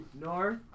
North